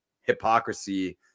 hypocrisy